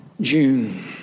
June